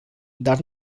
dar